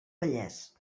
vallès